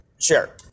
sure